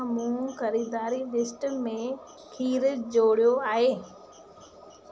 छा मूं खरीदारी लिस्ट में ख़ीरु जोड़ियो आहे